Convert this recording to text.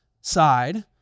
side